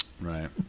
right